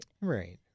Right